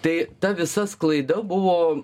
tai ta visa sklaida buvo